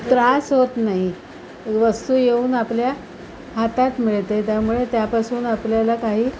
त्रास होत नाही वस्तू येऊन आपल्या हातात मिळते त्यामुळे त्यापासून आपल्याला काही